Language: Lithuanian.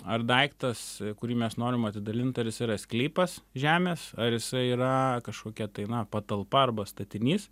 ar daiktas a kurį mes norim atidalint ar jis yra sklypas žemės ar jisai yra kažkokia tai na patalpa arba statinys